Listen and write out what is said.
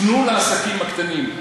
תנו לעסקים הקטנים,